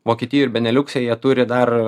vokietijoj ir beneliukse jie turi dar